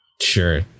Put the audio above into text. Sure